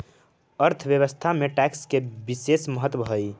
अर्थव्यवस्था में टैक्स के बिसेस महत्व हई